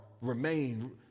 remain